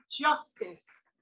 justice